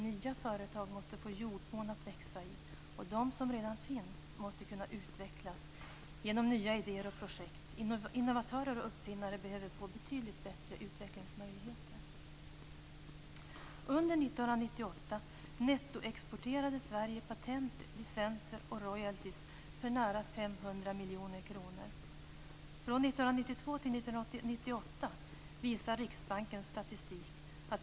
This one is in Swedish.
Nya företag måste få en jordmån att växa i och de som redan finns måste kunna utvecklas genom nya idéer och projekt. Innovatörer och uppfinnare behöver få betydligt bättre utvecklingsmöjligheter. Under 1998 nettoexporterade Sverige patent, licenser och royaltyn för nära 500 miljoner kronor.